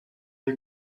you